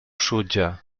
sutja